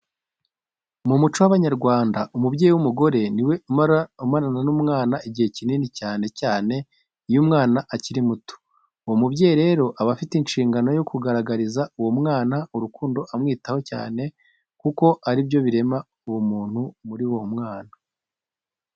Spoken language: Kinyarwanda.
Mu muco w'Abanyarwanda umubyeyi w'umugore ni we umarana n'umwana igihe kinini cyane cyane iyo uwo mwana akiri muto. Uwo mubyeyi rero aba afite inshingano yo kugaragariza uwo mwana urukundo amwitaho cyane kuko ari byo birema ubumuntu muri uwo mwana.